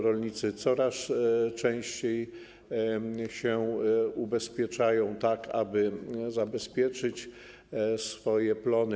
Rolnicy coraz częściej się ubezpieczają, aby zabezpieczyć swoje plony.